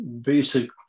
basic